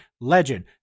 legend